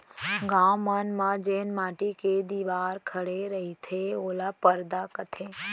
गॉंव मन म जेन माटी के दिवार खड़े रईथे ओला परदा कथें